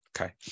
Okay